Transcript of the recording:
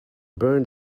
burned